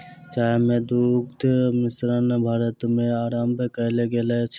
चाय मे दुग्ध मिश्रण भारत मे आरम्भ कयल गेल अछि